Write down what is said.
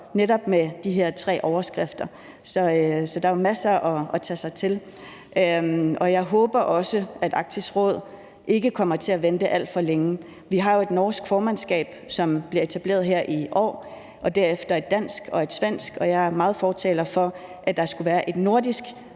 netop med de her tre overskrifter er der jo masser at tage sig til, og jeg håber også, at Arktisk Råd ikke kommer til at vente alt for længe. Vi har jo et norsk formandskab, som bliver etableret her i år, og derefter et dansk og et svensk, og jeg er meget fortaler for, at der skulle være en nordisk